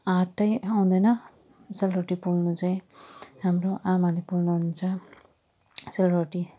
हातै आउँदैन सेलरोटी पोल्नु चाहिँ हाम्रो आमाले पोल्नु हुन्छ सेलरोटी